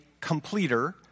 completer